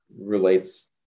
relates